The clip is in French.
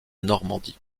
normandie